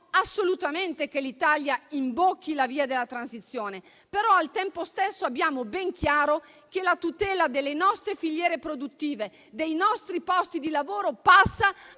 assolutamente che l'Italia imbocchi la via della transizione. Ma, al tempo stesso, abbiamo ben chiaro che la tutela delle nostre filiere produttive e dei nostri posti di lavoro passa